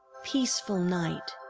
peaceful night!